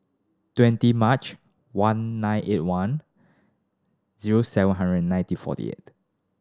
twenty March one nine eight one zero seven hundred and nineteen forty eight